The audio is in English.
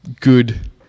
good